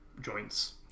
joints